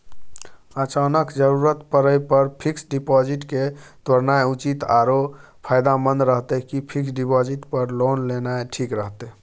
अचानक जरूरत परै पर फीक्स डिपॉजिट के तोरनाय उचित आरो फायदामंद रहतै कि फिक्स डिपॉजिट पर लोन लेनाय ठीक रहतै?